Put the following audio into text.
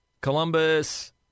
Columbus